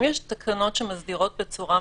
אם יש תקנות שמסדירות בצורה מפורשת,